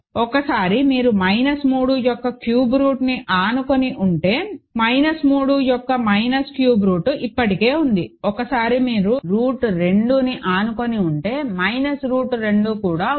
ఒకసారి మీరు మైనస్ 3 యొక్క క్యూబ్ రూట్ను ఆనుకొని ఉంటే మైనస్ 3 యొక్క మైనస్ క్యూబ్ రూట్ ఇప్పటికే ఉంది ఒకసారి మీరు రూట్ 2ను ఆనుకొని ఉంటే మైనస్ రూట్ 2 కూడా ఉంది